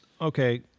okay